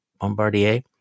Bombardier